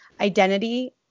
identity